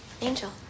Angel